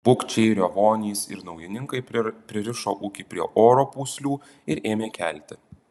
bukčiai riovonys ir naujininkai pririšo ūkį prie oro pūslių ir ėmė kelti